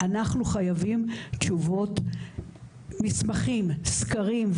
אנחנו חייבים תשובות, מסמכים, סקרים.